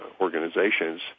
organization's